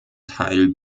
teil